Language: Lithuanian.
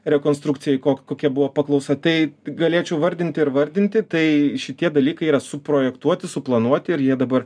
rekonstrukcijai ko kokia buvo paklausa tai galėčiau vardinti ir vardinti tai šitie dalykai yra suprojektuoti suplanuoti ir jie dabar